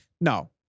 No